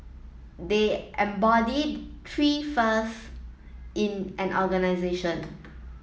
they embody three first in an organization